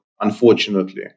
unfortunately